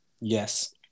Yes